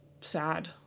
sad